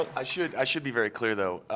i should i should be very clear, though,